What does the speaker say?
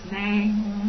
name